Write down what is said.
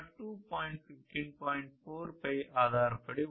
4 పై ఆధారపడి ఉంటాయి